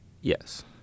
Yes